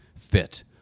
fit